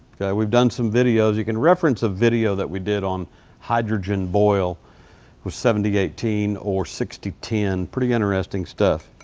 we've done some videos. you can reference a video that we did on hydrogen boil with seventy eighteen or sixty ten. pretty interesting stuff.